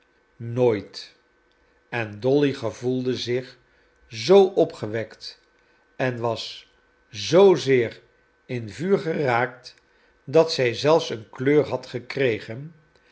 nooit en dolly gevoelde zich zoo opgewekt en was zoozeer in vuur geraakt dat zij zelfs een kleur had gekregen